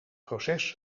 proces